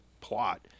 plot